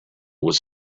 was